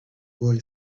boy